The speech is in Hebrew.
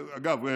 ואגב,